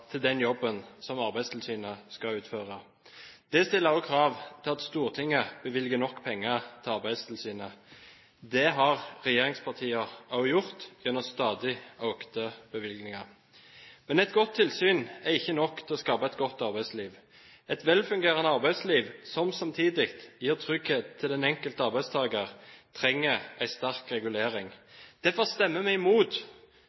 til den jobben som Arbeidstilsynet skal utføre. Det stiller også krav til at Stortinget bevilger nok penger til Arbeidstilsynet. Det har regjeringspartiene også gjort gjennom stadig økte bevilgninger. Men et godt tilsyn er ikke nok for å skape et godt arbeidsliv. Et velfungerende arbeidsliv som samtidig gir trygghet for den enkelte arbeidstaker, trenger en sterk